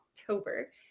october